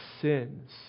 sins